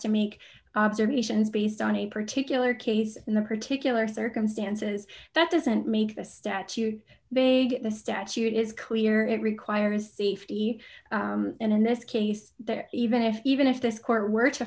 to make observations based on a particular case in the particular circumstances that doesn't make the statute the statute is clear it requires safety and in this case that even if even if this court were to